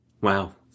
Wow